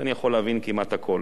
אני יכול להבין כמעט הכול